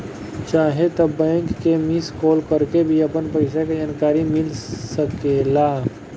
चाहे त बैंक के मिस कॉल करके भी अपन पईसा के जानकारी मिल सकेला